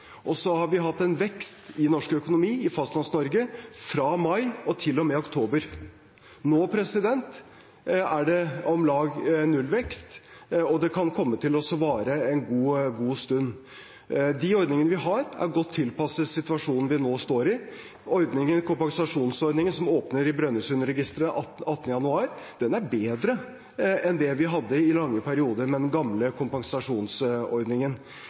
og så har vi hatt en vekst i norsk økonomi i Fastlands-Norge fra mai og til og med oktober. Nå er det om lag nullvekst, og det kan komme til å vare en god stund. De ordningene vi har, er godt tilpasset situasjonen vi nå står i. Kompensasjonsordningen som åpner i Brønnøysundregistrene 18. januar, er bedre enn det vi hadde i lange perioder med den gamle kompensasjonsordningen.